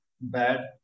bad